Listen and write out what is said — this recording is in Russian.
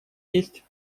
есть